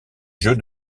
jeu